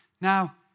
Now